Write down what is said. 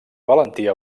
valentia